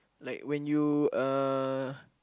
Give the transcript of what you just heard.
like when you uh